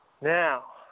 Now